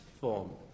form